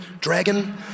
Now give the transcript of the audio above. Dragon